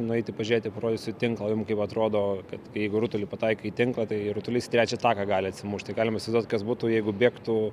nueiti pažiūrėti parodysiu tinklą jum kaip atrodo kad jeigu rutulį pataikai į tinklą tai rutulys trečią taką gali atsimušti galima įsivaizduot kas būtų jeigu bėgtų